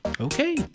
Okay